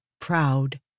proud